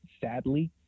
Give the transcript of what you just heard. sadly